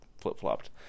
flip-flopped